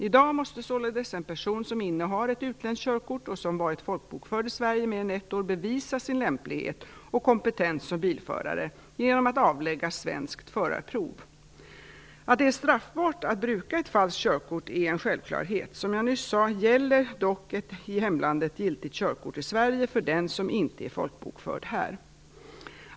I dag måste således en person som innehar ett utländskt körkort och som varit folkbokförd i Sverige mer än ett år bevisa sin lämplighet och kompetens som bilförare genom att avlägga svenskt förarprov. Att det är straffbart att bruka ett falskt körkort är en självklarhet. Som jag nyss sade gäller dock ett i hemlandet giltigt körkort i Sverige för den som inte är folkbokförd här.